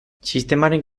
sistemaren